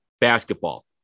basketball